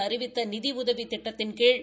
அறிவித்த நிதி உதவி திட்டத்தின் கீழ்